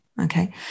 Okay